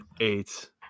eight